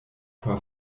por